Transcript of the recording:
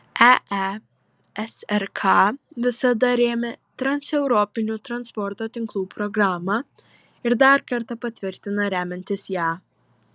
eesrk visada rėmė transeuropinių transporto tinklų programą ir dar kartą patvirtina remiantis ją